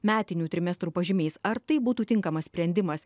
metinių trimestrų pažymiais ar tai būtų tinkamas sprendimas